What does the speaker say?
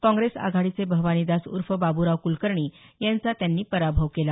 काँग्रेस आघाडीचे भवानीदास उर्फ बाब्राव कुलकर्णी यांचा त्यांनी पराभव केला